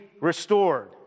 restored